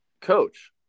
coach